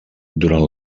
durant